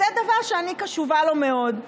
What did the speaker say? זה דבר שאני קשובה לו מאוד.